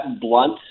blunt